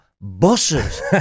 buses